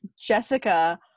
Jessica